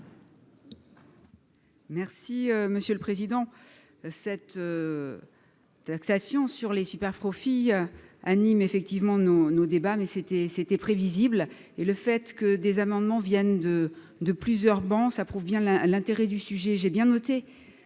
Merci monsieur le président, cette taxation sur les superprofits à effectivement nos nos débats mais c'était, c'était prévisible et le fait que des amendements viennent de de plusieurs bon ça prouve bien là l'intérêt du sujet, j'ai bien noté,